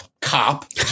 cop